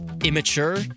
immature